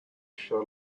shell